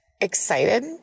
excited